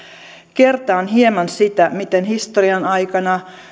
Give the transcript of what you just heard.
kertaan hieman sitä miten historian aikana